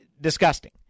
Disgusting